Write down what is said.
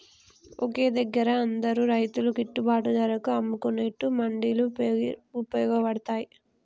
ఒకే దగ్గర అందరు రైతులు గిట్టుబాటు ధరకు అమ్ముకునేట్టు మండీలు వుపయోగ పడ్తాయ్